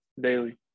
daily